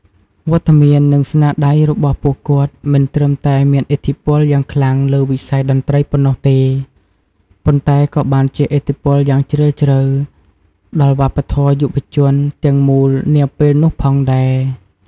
វត្តមាន និងស្នាដៃរបស់ពួកគាត់មិនត្រឹមតែមានឥទ្ធិពលយ៉ាងខ្លាំងលើវិស័យតន្ត្រីប៉ុណ្ណោះទេ ប៉ុន្តែក៏បានជះឥទ្ធិពលយ៉ាងជ្រាលជ្រៅដល់វប្បធម៌យុវវ័យទាំងមូលនាពេលនោះផងដែរ។